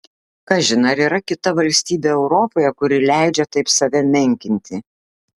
kažin ar yra kita valstybė europoje kuri leidžia taip save menkinti